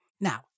Now